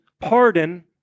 pardon